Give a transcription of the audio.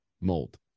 mold